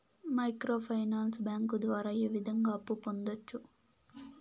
micro finance bank ద్వారా ఏ విధంగా అప్పు పొందొచ్చు